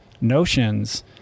notions